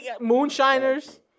Moonshiners